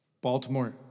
Baltimore